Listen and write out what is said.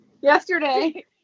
Yesterday